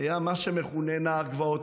היה מה שמכונה נער גבעות.